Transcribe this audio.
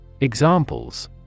Examples